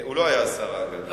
הוא לא היה שר ההגנה,